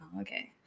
Okay